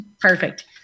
Perfect